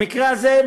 במקרה הזה,